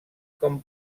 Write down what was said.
com